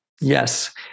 Yes